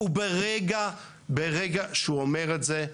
וברגע שהוא אומר את זה,